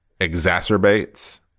exacerbates